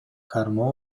кармоо